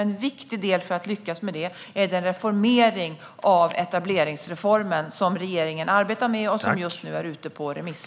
En viktig del i att lyckas med det är den reformering av etableringsreformen som regeringen arbetar med och som just nu är ute på remiss.